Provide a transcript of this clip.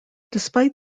despite